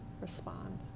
respond